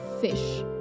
fish